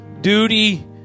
duty